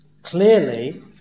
Clearly